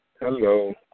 Hello